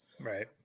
Right